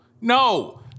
no